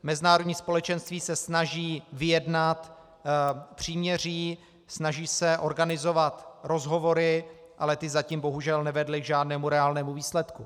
Mezinárodní společenství se snaží vyjednat příměří, snaží se organizovat rozhovory, ale ty zatím bohužel nevedly k žádnému reálnému výsledku.